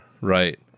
Right